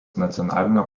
nacionalinio